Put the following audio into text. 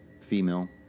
female